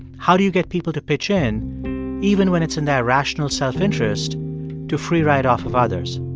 how do you get people to pitch in even when it's in their rational self-interest to free-ride off of others?